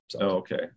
okay